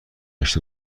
گشت